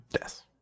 yes